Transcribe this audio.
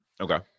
Okay